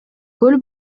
көл